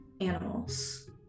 animals